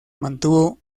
mantuvo